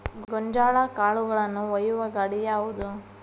ಗೋಂಜಾಳ ಕಾಳುಗಳನ್ನು ಒಯ್ಯುವ ಗಾಡಿ ಯಾವದು?